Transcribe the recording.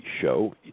show